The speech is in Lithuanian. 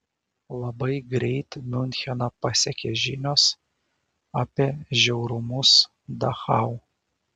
labai greit miuncheną pasiekė žinios apie žiaurumus dachau